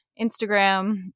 Instagram